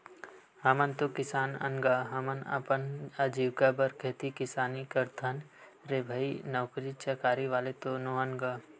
हमन तो किसान अन गा, हमन अपन अजीविका बर खेती किसानी करथन रे भई नौकरी चाकरी वाले तो नोहन गा